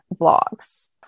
vlogs